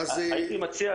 הייתי מציע,